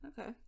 okay